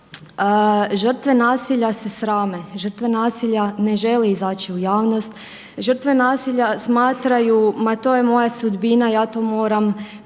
žrtve nasilja se srame, žrtve nasilja ne žele izaći u javnost, žrtve nasilja smatraju ma to je moja sudbina, ja to moram pretrpjeti,